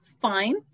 fine